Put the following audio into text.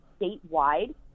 statewide